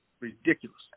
Ridiculous